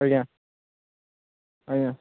ଆଜ୍ଞା ଆଜ୍ଞା